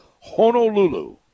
Honolulu